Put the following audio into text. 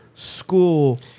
School